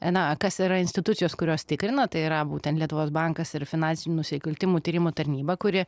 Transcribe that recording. na kas yra institucijos kurios tikrina tai yra būtent lietuvos bankas ir finansinių nusikaltimų tyrimų tarnyba kuri